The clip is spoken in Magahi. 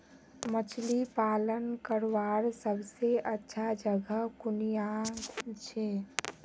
मछली पालन करवार सबसे अच्छा जगह कुनियाँ छे?